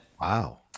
Wow